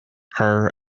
her